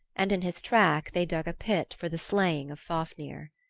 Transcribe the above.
and in his track they dug a pit for the slaying of fafnir.